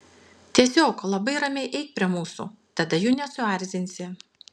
tiesiog labai ramiai eik prie mūsų tada jų nesuerzinsi